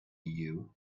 you